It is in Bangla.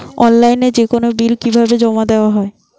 অনলাইনে যেকোনো বিল কিভাবে জমা দেওয়া হয়?